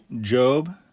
Job